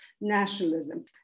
nationalism